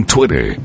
Twitter